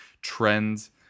trends